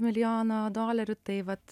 milijono dolerių tai vat